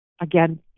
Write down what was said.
Again